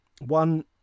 One